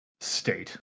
state